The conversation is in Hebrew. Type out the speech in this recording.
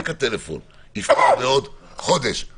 רק הטלפון יפעל בעוד חודש-חודשיים-שלושה.